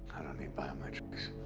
need biometrics.